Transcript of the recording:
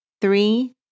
three